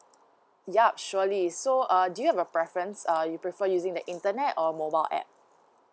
yup surely so uh do you have a preference uh you prefer using the internet or mobile app